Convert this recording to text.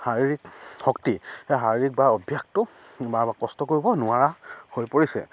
শাৰীৰিক শক্তি সেই শাৰীৰিক বা অভ্যাসটো বা কষ্ট কৰিব নোৱাৰা হৈ পৰিছে